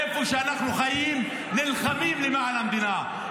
איפה שאנחנו חיים, נלחמים למען המדינה.